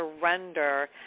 surrender